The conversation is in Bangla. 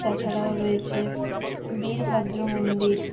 তাছাড়াও রয়েছে বীরভদ্র মন্দির